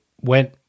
went